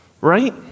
right